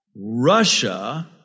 Russia